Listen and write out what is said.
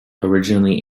originally